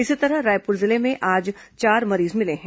इसी तरह रायपुर जिले में आज चार मरीज मिले हैं